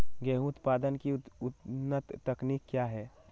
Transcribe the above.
गेंहू उत्पादन की उन्नत तकनीक क्या है?